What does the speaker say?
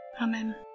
Amen